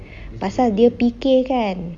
pasal dia fikir kan